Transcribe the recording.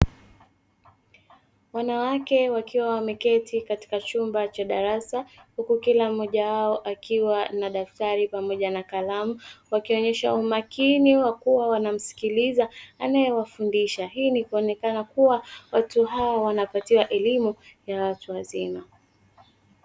Wanawake wakiwa wameketi katika chumba cha darasa huku kila mmoja wao akiwa na daftari pamoja na kalamu, wakionyesha umakini wa kuwa wanamsikiliza anayewafundisha, hii ni kuonekana kuwa watu hawa wanapatiwa elimu ya watu wazima.